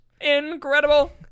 Incredible